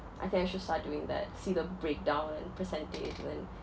I think I should start doing that see the breakdown and percentage when